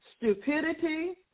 stupidity